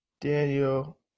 Daniel